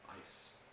ice